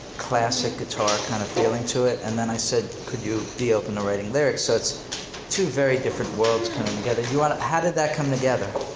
classic guitar kind of feeling to it and then i said could you be open to writing lyrics? so it's two very different worlds coming together. do you wanna, how did that come together?